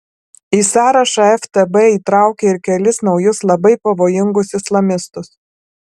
į sąrašą ftb įtraukė ir kelis naujus labai pavojingus islamistus